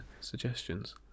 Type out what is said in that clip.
suggestions